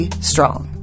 Strong